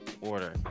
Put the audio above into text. order